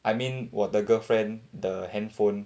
I mean 我的 girlfriend 的 handphone